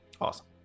Awesome